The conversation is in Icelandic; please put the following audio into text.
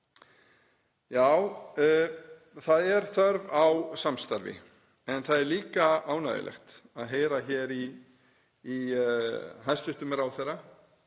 Já, það er þörf á samstarfi en það er líka ánægjulegt að heyra hér í hæstv. ráðherra